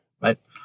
right